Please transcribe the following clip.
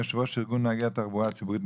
יושב ראש ארגון נהגי התחבורה הציבורית,